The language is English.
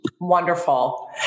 Wonderful